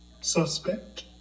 Suspect